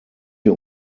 wir